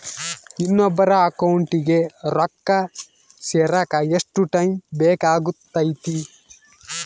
ಇನ್ನೊಬ್ಬರ ಅಕೌಂಟಿಗೆ ರೊಕ್ಕ ಸೇರಕ ಎಷ್ಟು ಟೈಮ್ ಬೇಕಾಗುತೈತಿ?